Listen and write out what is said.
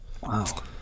Wow